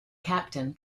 captain